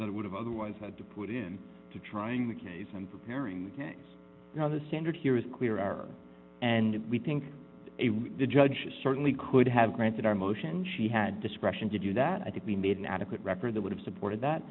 that it would have otherwise had to put in to trying the case and preparing the gangs now the standard here is clearer and we think the judge certainly could have granted our motion she had discretion to do that i think we made an adequate record that would have supported that